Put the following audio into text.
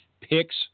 picks